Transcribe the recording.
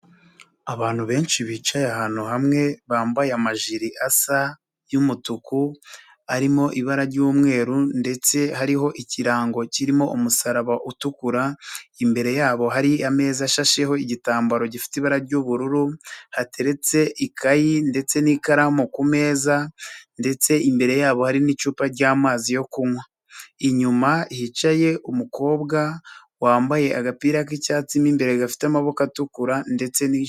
Abantu benshi bicaye ahantu hamwe bambaye amajiri asa y'umutuku, arimo ibara ry'umweru ndetse hariho n'ikirango kirimo umusaraba utukura, imbere yabo hari ameza ashasheho igitambaro gifite ibara ry'ubururu, hateretse ikayi ndetse n'ikaramu kumeza ndetse imbere yabo hari n'icupa ry'amazi yo kunywa. Inyuma hicaye umukobwa, wambaye agapira k'icyatsi n'imbere gafite amaboko atukura ndetse n'i...